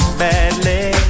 badly